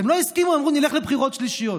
הם לא הסכימו, ואמרו נלך לבחירת שלישיות.